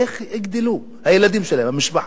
איך יגדלו הילדים שלהם, המשפחה?